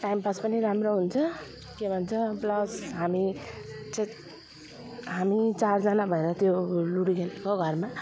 time pass पनि राम्रो हुन्छ के भन्छ प्लस हामी चाहिँ हामी चारजना भएर त्यो लुडो खेलेको घरमा